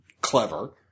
clever